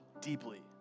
deeply